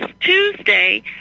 Tuesday